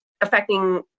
affecting